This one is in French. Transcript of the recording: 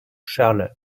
charles